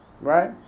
Right